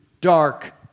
dark